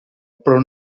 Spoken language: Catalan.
però